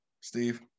Steve